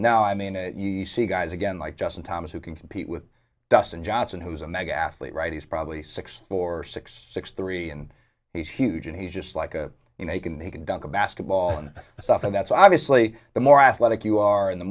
now i mean you see guys again like justin thomas who can compete with dustin johnson who's a mega athlete right he's probably six four six six three and he's huge and he's just like a you know he can he can dunk a basketball and stuff and that's obviously the more athletic you are in the